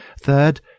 Third